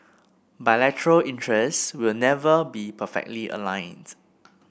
bilateral interests will never be perfectly aligned